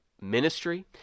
ministry